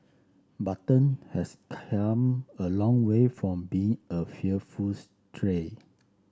button has come a long way from being a fearful stray